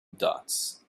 dots